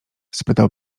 spytał